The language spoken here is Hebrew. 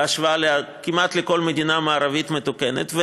בהשוואה כמעט לכל מדינה מערבית מתוקנת,